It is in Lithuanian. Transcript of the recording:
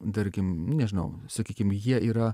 tarkim nu nežinau sakykim jie yra